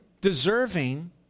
deserving